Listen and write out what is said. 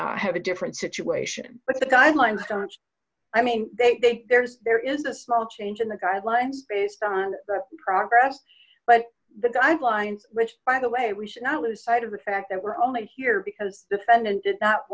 have a different situation but the guidelines don't i mean they there's there is a small change in the guidelines based on progress but the guidelines which by the way we should not lose sight of the fact that we're only here because the fund and did not